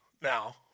now